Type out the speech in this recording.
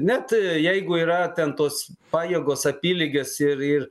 net jeigu yra ten tos pajėgos apylygės ir ir